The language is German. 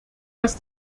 dass